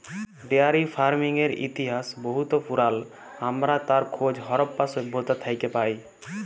dairy ফারমিংয়ের ইতিহাস বহুত পুরাল আমরা তার খোঁজ হরপ্পা সভ্যতা থ্যাকে পায়